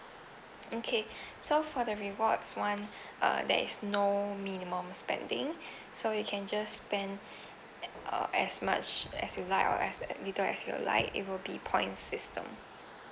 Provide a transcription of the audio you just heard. okay so for the rewards one uh there is no minimum spending so you can just spend uh as much as you like or as little as you like it will be points system